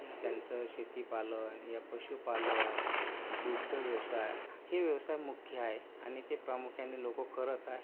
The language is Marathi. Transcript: या त्यांचं शेतीपालन या पशुपालन दुग्धव्यवसाय हे व्यवसाय मुख्य आहे आणि ते प्रामुख्याने लोक करत आहे